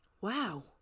Wow